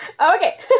Okay